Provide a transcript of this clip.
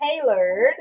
tailored